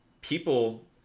people